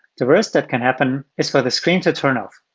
the worst that can happen is for the screen to turn off.